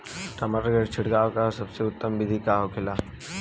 टमाटर में छिड़काव का सबसे उत्तम बिदी का होखेला?